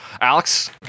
Alex